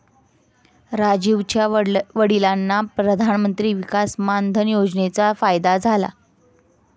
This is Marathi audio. राजीवच्या वडिलांना प्रधानमंत्री किसान मान धन योजनेचा फायदा झाला